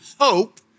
hope